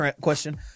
question